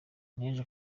n’ejo